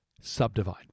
Subdivide